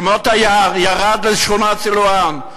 כמו תייר ירד לשכונת סילואן.